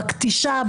בכתישה,